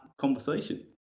conversation